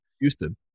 Houston